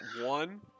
one